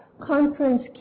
conference